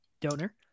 Donor